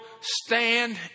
stand